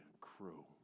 crew